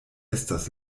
estas